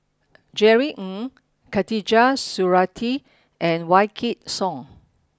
Jerry Ng Khatijah Surattee and Wykidd Song